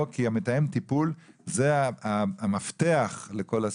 כי "מתאם טיפול" זה המפתח לכל הסיפור,